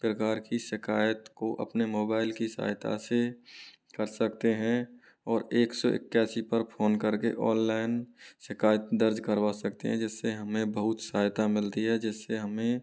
प्रकार की शिकायत को अपने मोबाइल की सहायता से कर सकते हैं और एक सौ इक्यासी पर फोन करके ऑनलाइन शिकायत दर्ज करवा सकते हैं जिससे हमें बहुत सहायता मिलती है जिससे हमें